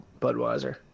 Budweiser